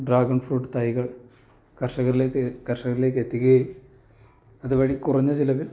dragon fruit തൈകൾ കർഷകരിലേക്കെത്തിക്കുകയും അതുവഴി കുറഞ്ഞ ചെലവിൽ